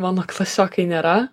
mano klasiokai nėra